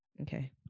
Okay